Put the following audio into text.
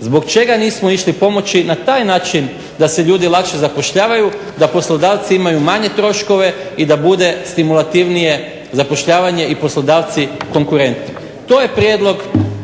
Zbog čega nismo išli pomoći na taj način da se ljudi lakše zapošljavaju, da poslodavci imaju manje troškove i da bude stimulativnije zapošljavanje i poslodavci konkurentni. To je prijedlog